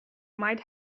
might